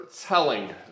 telling